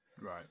right